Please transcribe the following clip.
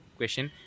question